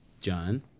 John